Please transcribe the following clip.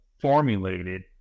formulated